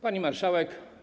Pani Marszałek!